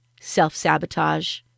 self-sabotage